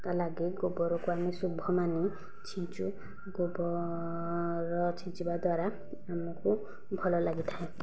ଲାଗେ ଗୋବରକୁ ଆମେ ଶୁଭ ମାନି ଛିଞ୍ଚୁ ଗୋବ ର ଛିଞ୍ଚିବା ଦ୍ଵାରା ଆମକୁ ଭଲ ଲାଗିଥାଏ